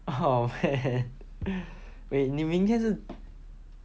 oh man wait 你明天是